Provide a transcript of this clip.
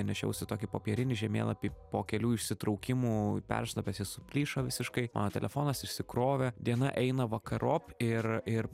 nešiausi tokį popierinį žemėlapį po kelių išsitraukimų peršlapęs jis suplyšo visiškai mano telefonas išsikrovė diena eina vakarop ir ir